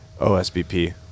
OSBP